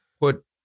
put